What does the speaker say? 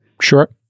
Sure